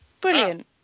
Brilliant